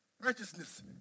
righteousness